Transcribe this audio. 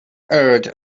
heard